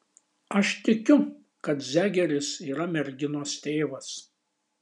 aš tikiu kad zegeris yra merginos tėvas